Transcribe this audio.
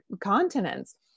continents